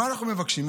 מה אנחנו מבקשים?